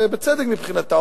ובצדק מבחינתה,